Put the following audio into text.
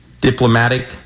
diplomatic